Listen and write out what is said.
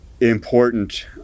important